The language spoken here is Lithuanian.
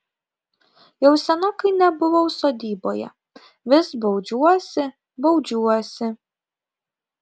jau senokai nebuvau sodyboje vis baudžiuosi baudžiuosi